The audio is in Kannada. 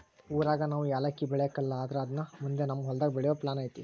ಊರಾಗ ನಾವು ಯಾಲಕ್ಕಿ ಬೆಳೆಕಲ್ಲ ಆದ್ರ ಅದುನ್ನ ಮುಂದೆ ನಮ್ ಹೊಲದಾಗ ಬೆಳೆಯೋ ಪ್ಲಾನ್ ಐತೆ